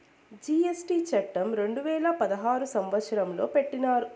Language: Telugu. జీ.ఎస్.టీ చట్టం రెండు వేల పదహారు సంవత్సరంలో పెట్టినారు